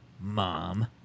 Mom